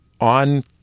on